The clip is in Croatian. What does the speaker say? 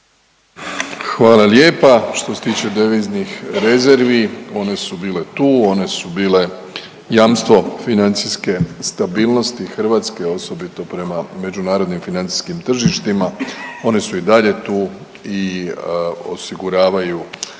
Hvala lijepa. Što se tiče deviznih rezervi, one su bile tu, one su bile jamstvo financijske stabilnosti Hrvatske, osobito prema međunarodnim financijskim tržištima, one su i dalje tu i osiguravaju